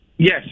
Yes